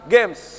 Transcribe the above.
Games